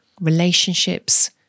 relationships